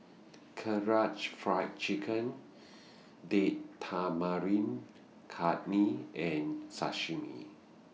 Karaage Fried Chicken Date Tamarind Chutney and Sashimi